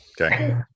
Okay